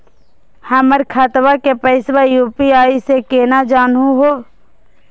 हमर खतवा के पैसवा यू.पी.आई स केना जानहु हो?